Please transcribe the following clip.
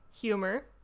Humor